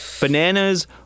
Bananas